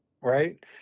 right